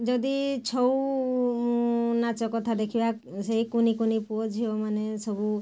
ଯଦି ଛଉ ନାଚ କଥା ଦେଖିବା ସେଇ କୁନି କୁନି ପୁଅ ଝିଅମାନେ ସବୁ